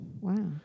wow